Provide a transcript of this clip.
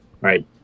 right